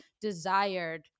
desired